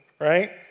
right